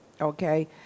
okay